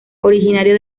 originario